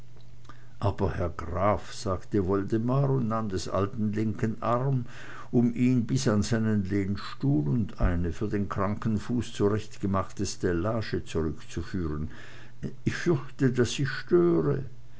aber herr graf sagte woldemar und nahm des alten herrn linken arm um ihn bis an seinen lehnstuhl und eine für den kranken fuß zurechtgemachte stellage zurückzuführen ich fürchte daß ich störe